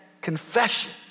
confession